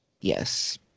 Yes